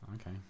Okay